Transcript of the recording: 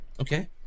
Okay